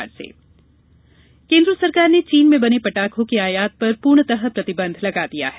Chinese पटाखे प्रतिबंध केन्द्र सरकार ने चीन में बने पटाखों के आयात पर पूर्णतः प्रतिबंध लगा दिया है